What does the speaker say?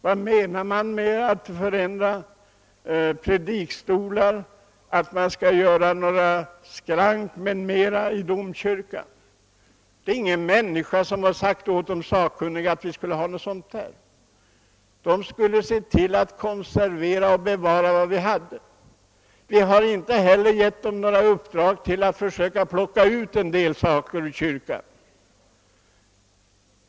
Vad menar man med att förändra predikstolar och uppföra några skrank m.m. i domkyrkan? Det är ingen människa som har sagt åt de sakkunniga att vi skulle ha något sådant. De skulle se till att konservera vad vi hade. Vi har inte heller givit de sakkunniga i uppdrag att försöka plocka ut en del saker ur kyrkan.